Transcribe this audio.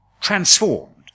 transformed